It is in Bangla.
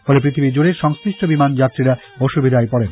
ফলে পৃথিবী জুডে সংশ্লিষ্ট বিমান যাত্রীরা অসুবিধায় পড়েন